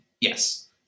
Yes